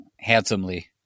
handsomely